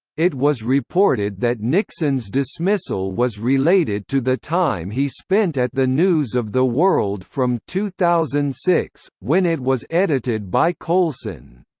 it was reported that nixson's dismissal was related to the time he spent at the news of the world from two thousand and six, when it was edited by coulson.